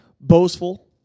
boastful